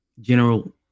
general